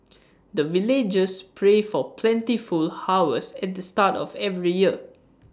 the villagers pray for plentiful harvest at the start of every year